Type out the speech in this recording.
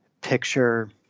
picture